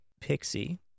Pixie